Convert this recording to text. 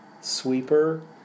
sweeper